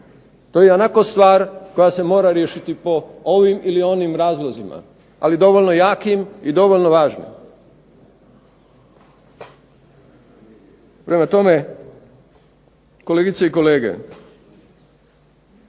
To je ionako stvar koja se mora riješiti po ovim ili onim razlozima, ali dovoljno jakim i dovoljno važnim. Prema tome, kolegice i kolege